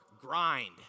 grind